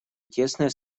тесное